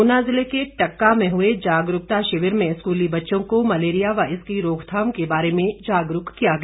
ऊना जिले के टक्का में हुए जागरूकता शिविर में स्कूली बच्चों को मलेरिया व इसकी रोकथाम के बारे में जागरूक किया गया